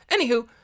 Anywho